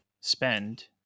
spend